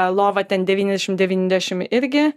lova ten devyniasdešimt devyniasdešimt irgi